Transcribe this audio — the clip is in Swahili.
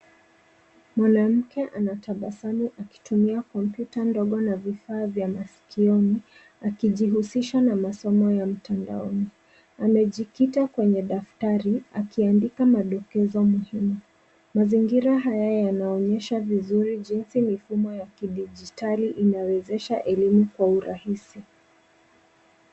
Mwanamke anatabasamu akitumia kompyuta ndogo na vifaa vya masikioni akijihusisha na masomo ya mtandaoni. Amejikita kwenye daftari akiandika madokezo muhimu. Mazingira haya yanaonyesha vizuri jinsi mifumo ya kidijitali inawezesha elimu kwa urahisi.